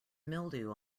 mildew